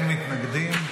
אין מתנגדים,